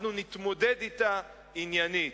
אנחנו נתמודד אתה עניינית.